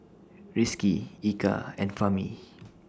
Rizqi Eka and Fahmi